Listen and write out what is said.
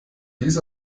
dies